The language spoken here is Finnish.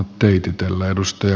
arvoisa puhemies